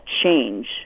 change